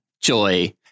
Joy